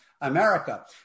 America